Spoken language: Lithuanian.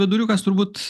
viduriukas turbūt